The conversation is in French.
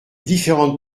différentes